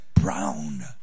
brown